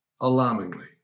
alarmingly